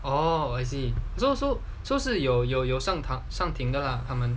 oh I see so so so 是有有有上堂上庭的 lah 他们